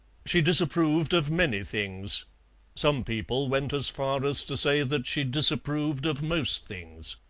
she disapproved of many things some people went as far as to say that she disapproved of most things.